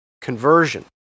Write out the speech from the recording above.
conversion